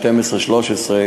2012 ו-2013,